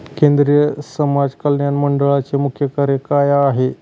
केंद्रिय समाज कल्याण मंडळाचे मुख्य कार्य काय आहे?